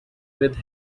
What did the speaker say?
with